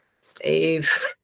steve